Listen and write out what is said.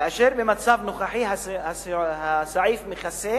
כאשר במצב הנוכחי הסעיף מכסה